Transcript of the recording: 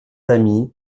amies